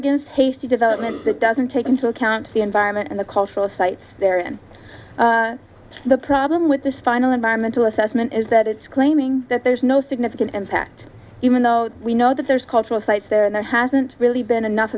against hasty development that doesn't take into account the environment and the cultural sites there and the problem with this final environmental assessment is that it's claiming that there's no significant impact even though we know that there's cultural sites there and there hasn't really been enough